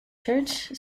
church